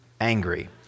angry